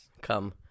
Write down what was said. come